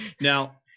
Now